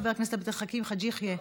חבר הכנסת עבד אל חכים חאג' יחיא,